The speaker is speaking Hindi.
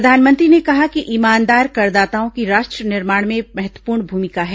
प्रधानमंत्री ने कहा कि ईमानदार करदाताओं की राष्ट्र निर्माण में महत्वपूर्ण भूमिका है